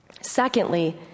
Secondly